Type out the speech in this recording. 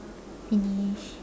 finish